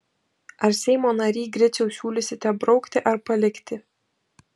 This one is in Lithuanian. ar seimo nary griciau siūlysite braukti ar palikti